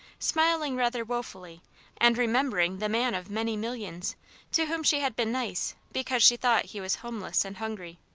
smiling rather wofully and remembering the man of many millions to whom she had been nice because she thought he was homeless and hungry.